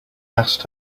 asked